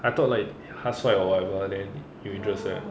I thought like 他 swipe or whatever then you interest